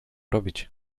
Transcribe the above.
robić